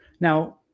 Now